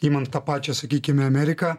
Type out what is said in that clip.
imant tą pačią sakykime ameriką